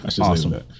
Awesome